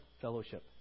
fellowship